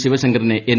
ശിവശങ്കറിനെ എൻ